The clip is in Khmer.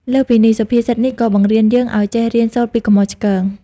លើសពីនេះ សុភាសិតនេះក៏បង្រៀនយើងឱ្យចេះ រៀនសូត្រពីកំហុសឆ្គង។